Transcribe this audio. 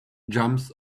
jumps